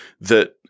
that-